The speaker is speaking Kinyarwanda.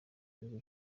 bihugu